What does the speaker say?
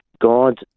God